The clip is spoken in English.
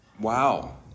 wow